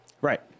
Right